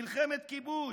מלחמת כיבוש,